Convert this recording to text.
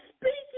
speaking